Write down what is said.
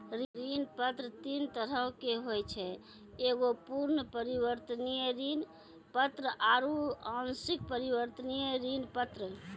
ऋण पत्र तीन तरहो के होय छै एगो पूर्ण परिवर्तनीय ऋण पत्र आरु आंशिक परिवर्तनीय ऋण पत्र